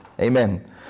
Amen